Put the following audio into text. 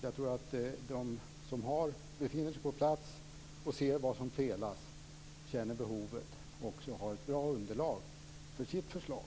Jag tror att de som befinner sig på plats, ser vad som felas och känner behoven också har ett bra underlag för sitt förslag.